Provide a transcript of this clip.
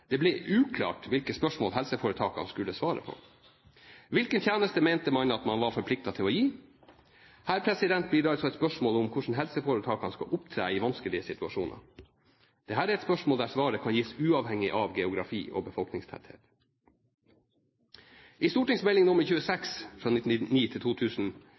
Det ble uklart hvilke spørsmål helseforetakene skulle svare på. Hvilken tjeneste mente man at man var forpliktet til å gi? Her blir det altså et spørsmål hvordan helseforetakene skal opptre i vanskelige situasjoner. Dette er et spørsmål der svaret kan gis uavhengig av geografi og